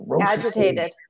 Agitated